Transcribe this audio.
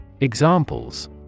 Examples